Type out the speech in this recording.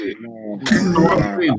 No